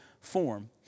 form